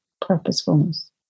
purposefulness